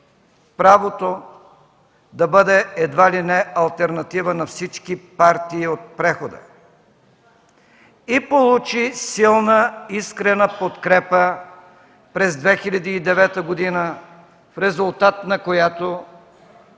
правото да бъде едва ли не алтернатива на всички партии от прехода и получи силна, искрена подкрепа през 2009 г., в резултат на която